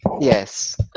Yes